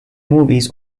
movies